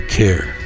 care